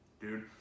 dude